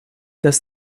dass